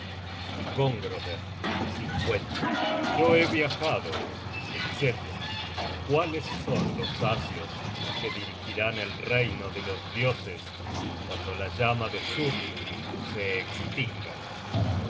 gongroder yo he viajado etc cuáles son los asios que dirigirán el reino de los dioses cuando la llama de surtur se estinga